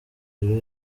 rero